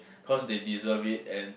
cause they deserve it and